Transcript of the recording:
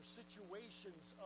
situations